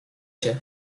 cię